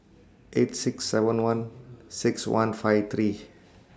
eight six seven one six one five three